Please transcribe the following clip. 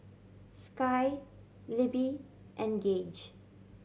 Sky Libbie and Gauge